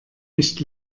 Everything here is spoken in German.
nicht